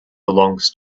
belongs